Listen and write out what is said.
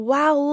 Wow